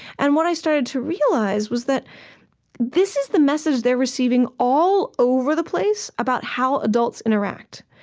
and what i started to realize was that this is the message they're receiving all over the place about how adults interact.